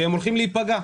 שהם הולכים להיפגע.